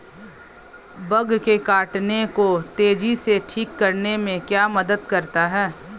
Bug के काटने को तेजी से ठीक करने में क्या मदद करता है?